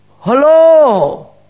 Hello